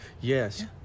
Yes